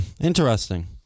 Interesting